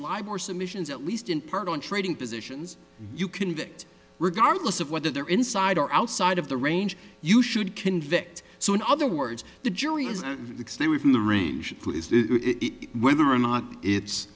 slide or submissions at least in part on trading positions you can get regardless of whether they're inside or outside of the range you should convict so in other words the jury is still within the range whether or not it's